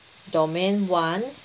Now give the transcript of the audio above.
domain one